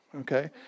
okay